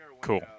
Cool